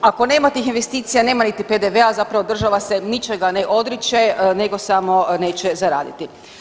Ako nema tih investicija nema niti PDV-a, zapravo država se ničega ne odriče nego samo neće zaraditi.